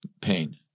pain